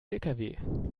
lkw